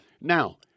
Now